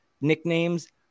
nicknames